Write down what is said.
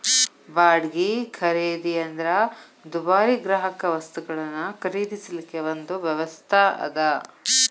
ಬಾಡ್ಗಿ ಖರೇದಿ ಅಂದ್ರ ದುಬಾರಿ ಗ್ರಾಹಕವಸ್ತುಗಳನ್ನ ಖರೇದಿಸಲಿಕ್ಕೆ ಒಂದು ವ್ಯವಸ್ಥಾ ಅದ